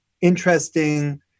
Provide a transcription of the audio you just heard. interesting